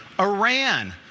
Iran